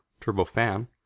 turbofan